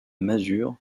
masure